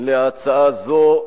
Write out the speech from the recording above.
להצעה זו.